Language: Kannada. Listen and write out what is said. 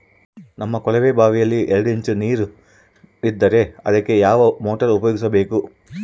ನಮ್ಮ ಕೊಳವೆಬಾವಿಯಲ್ಲಿ ಎರಡು ಇಂಚು ನೇರು ಇದ್ದರೆ ಅದಕ್ಕೆ ಯಾವ ಮೋಟಾರ್ ಉಪಯೋಗಿಸಬೇಕು?